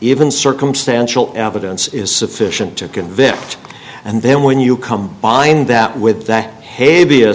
even circumstantial evidence is sufficient to convict and then when you combine that with that he